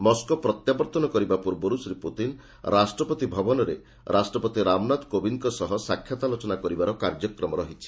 Moscow ପ୍ରତ୍ୟାବର୍ତ୍ତନ କରିବା ପୂର୍ବରୁ ଶ୍ରୀ ପୁତିନ୍ ରାଷ୍ଟ୍ରପତି ଭବନରେ ରାଷ୍ଟ୍ରପତି ରାମନାଥ କୋବିନ୍ଦଙ୍କ ସହ ସାକ୍ଷାତ ଆଲୋଚନା କରିବାର କାର୍ଯ୍ୟକ୍ରମ ରହିଛି